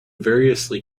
variously